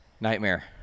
Nightmare